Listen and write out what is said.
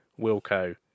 Wilco